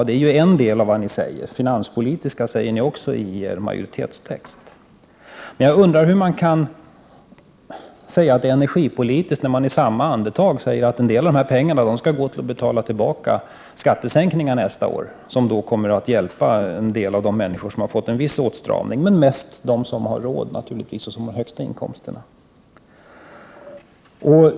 Det är en del av vad ni säger. I er majoritetstext talas också om finanspolitiska. Jag undrar dock hur man kan säga att det är energipolitiska överväganden, när man i samma andetag säger att en del av de här pengarna skall gå till att betala tillbaka skattesänkningar nästa år. Det kommer att hjälpa en del av de människor som har fått en viss åtstramning, men också de som har de högsta inkomsterna får del av detta.